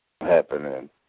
happening